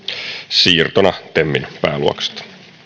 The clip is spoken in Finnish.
siirtona temin pääluokasta